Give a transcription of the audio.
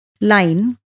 line